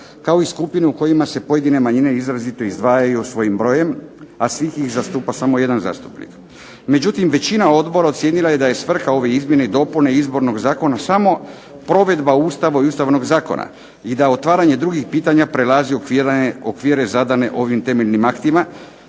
kao i skupine u kojima se pojedine skupine izrazito izdvajaju svojim brojem a sve ih zastupa samo jedan zastupnik. Međutim većina odbora ocijenila je da je svrha ove izmjene i dopune Izbornog zakona samo provedba Ustava i Ustavnog zakona i da otvaranje drugih pitanja prelazi okvire zadane ovim temeljnim aktima,